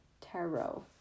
tarot